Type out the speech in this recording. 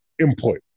input